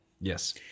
Yes